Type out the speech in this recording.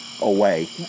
away